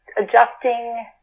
adjusting